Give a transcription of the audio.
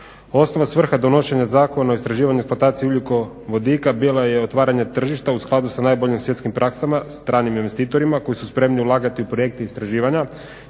Osnovna svrha donošenja Zakona o istraživanju i eksploataciji ugljikovodika bila je otvaranje tržišta u skladu sa najboljim svjetskim praksama, stranim investitorima koji su spremni ulagati u projekte istraživanja